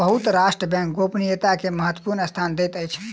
बहुत राष्ट्र बैंक गोपनीयता के महत्वपूर्ण स्थान दैत अछि